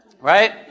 Right